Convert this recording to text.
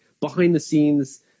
behind-the-scenes